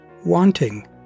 Wanting